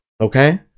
okay